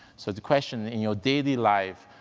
so the question in your daily life,